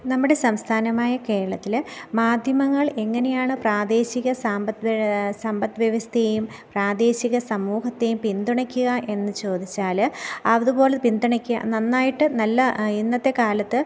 നമ്മുടെ സംസ്ഥാനമായ കേരളത്തിൽ മാധ്യമങ്ങൾ എങ്ങനെയാണ് പ്രാദേശിക സാമ്പത്ത്വ്യ സമ്പദ്വ്യവസ്ഥയേയും പ്രാദേശിക സമൂഹത്തെയും പിന്തുണയ്ക്കുക എന്ന് ചോദിച്ചാൽ ആവതുപോലെ പിന്തുണയ്ക്കുക നന്നായിട്ട് നല്ല ഇന്നത്തെ കാലത്ത്